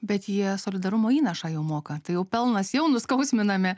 bet jie solidarumo įnašą jau moka tai jau pelnas jau nuskausminami